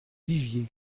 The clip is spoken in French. vigier